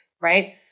right